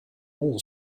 all